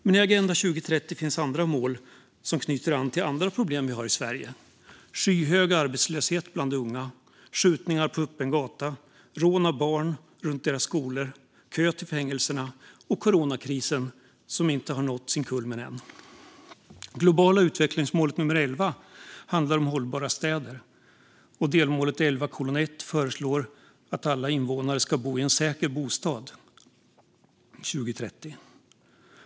Men i Agenda 2030 finns även andra mål som knyter an till andra problem vi har Sverige - skyhög arbetslöshet bland unga, skjutningar på öppen gata, rån av barn runt deras skolor, kö till fängelserna och en coronakris som ännu inte har nått sin kulmen. Det globala utvecklingsmålet nummer 11 handlar om hållbara städer. Delmålet 11:1 föreslår att alla invånare ska bo i en säker bostad 2030.